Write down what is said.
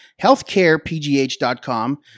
healthcarepgh.com